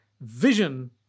vision